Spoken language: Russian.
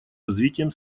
развитием